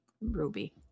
Ruby